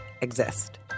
exist